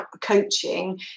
coaching